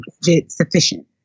sufficient